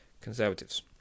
Conservatives